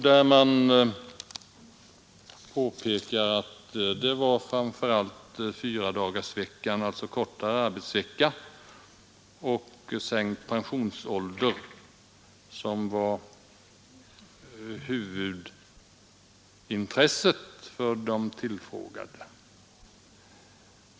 Där påpekas att det var framför allt kortare arbetsvecka — fyradagarsvecka — och sänkt pensionsålder som var huvudintressen för de tillfrågade.